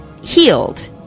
healed